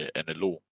analog